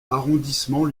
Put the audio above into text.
arrondissement